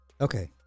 Okay